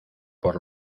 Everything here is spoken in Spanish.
por